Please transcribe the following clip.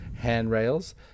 handrails